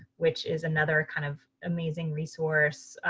which is another kind of amazing resource.